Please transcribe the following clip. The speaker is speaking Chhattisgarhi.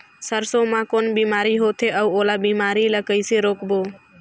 सरसो मा कौन बीमारी होथे अउ ओला बीमारी ला कइसे रोकबो?